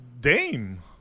Dame